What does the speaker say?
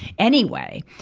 anyway,